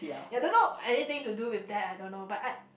ya I don't know anything to do with that but I